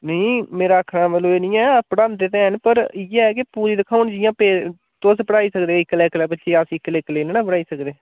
नेईं मेरे आक्खने दा मतलब एह् नी ऐ पढ़ादे ते ऐ न पर इ'ऐ के पूरी दिक्खा जि'यां तुस पढ़ाई सकदे इक्कले इक्कले बच्चे गी अस इक्कले इक्कले नेईं ना पढ़ाई सकदे